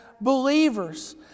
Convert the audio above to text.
believers